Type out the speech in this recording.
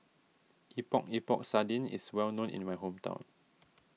Epok Epok Sardin is well known in my hometown